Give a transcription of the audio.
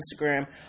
instagram